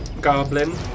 goblin